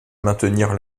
maintenir